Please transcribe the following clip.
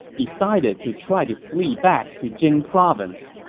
decided to try to flee back to jing province.